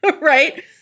right